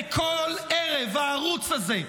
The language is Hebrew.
ובכל ערב הערוץ הזה,